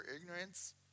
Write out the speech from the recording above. ignorance